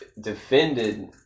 defended